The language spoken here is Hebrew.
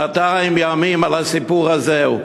שנתיים ימים על הסיפור הזה.